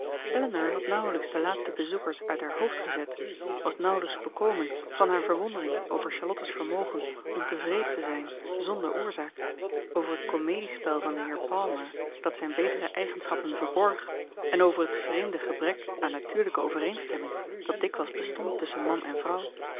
elinor had nauwelijks de laatste bezoekers uit haar hoofd gezet was nauwelijks bekomen van haar verwondering over charlotte's vermogen om tevreden te zijn zonder oorzaak over het komediespel van den heer palmer dat zijn betere eigenschappen verborg en over het vreemde gebrek aan natuurlijke overeenstemming dat dikwijls bestond tusschen man en vrouw